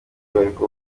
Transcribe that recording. bariko